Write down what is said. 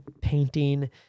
painting